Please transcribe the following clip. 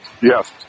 Yes